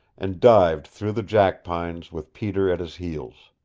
and dived through the jackpines, with peter at his heels.